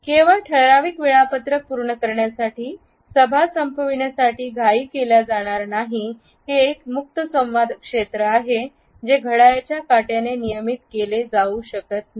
केवळ ठराविक वेळापत्रक पूर्ण करण्यासाठी सभा संपविण्यासाठी घाई केल्या जाणार नाही हे एक मुक्तसंवाद क्षेत्र आहे जे घड्याळाच्या काट्याने नियमित केले जाऊ शकत नाही